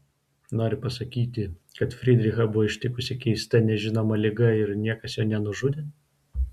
nori pasakyti kad frydrichą buvo ištikusi keista nežinoma liga ir niekas jo nenužudė